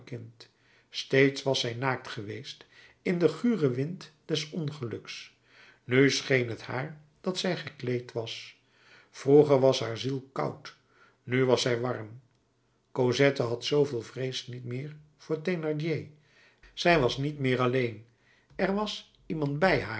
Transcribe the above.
steeds was zij naakt geweest in den guren wind des ongeluks nu scheen het haar dat zij gekleed was vroeger was haar ziel koud nu was zij warm cosette had zooveel vrees niet meer voor thénardier zij was niet meer alleen er was iemand bij haar